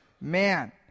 Man